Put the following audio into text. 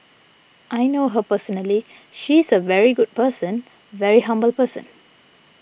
I know her personally she is a very good person very humble person